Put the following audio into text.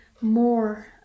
more